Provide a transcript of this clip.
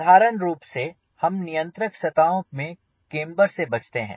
साधारण रूप से हम नियंत्रक सतहो में केम्बर से बचते हैं